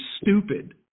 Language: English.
stupid